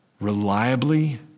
reliably